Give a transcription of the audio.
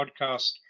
podcast